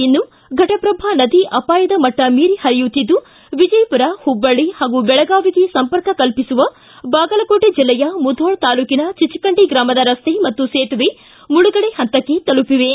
ಇನ್ನು ಘಟಪ್ರಭಾ ನದಿ ಅಪಾಯದ ಮಟ್ಟ ಮೀರಿ ಪರಿಯುತ್ತಿದ್ದು ವಿಜಯಮರ ಹುಬ್ಬಳ್ಳಿ ಹಾಗೂ ಬೆಳಗಾವಿಗೆ ಸಂಪರ್ಕ ಕಲ್ಪಿಸುವ ಬಾಗಲಕೋಟೆ ಜಿಲ್ಲೆಯ ಮುಧೋಳ ತಾಲೂಕಿನ ಚಿಚಕಂಡಿ ಗ್ರಾಮದ ರನ್ತೆ ಹಾಗೂ ಸೇತುವೆ ಮುಳುಗಡೆ ಪಂತಕ್ಕೆ ತಲುಪಿವೆ